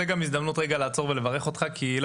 זו גם הזדמנות לעצור ולברך אותך כי לא